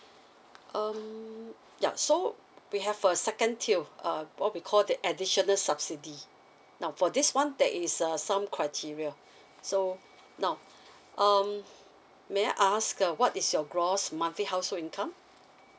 um ya so we have a second tier uh what we call the additional subsidy now for this [one] there is uh some criteria so now um may I ask uh what is your gross monthly household income